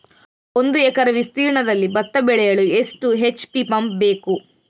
ಒಂದುಎಕರೆ ವಿಸ್ತೀರ್ಣದಲ್ಲಿ ಭತ್ತ ಬೆಳೆಯಲು ಎಷ್ಟು ಎಚ್.ಪಿ ಪಂಪ್ ಬೇಕು?